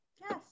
Yes